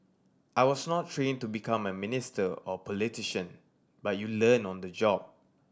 I was not trained to become a minister or politician but you learn on the job